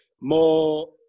more